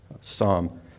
psalm